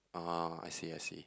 ah I see I see